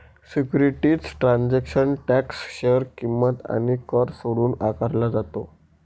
securities transaction tax share किंमत आणि कर जोडून आकारला जातो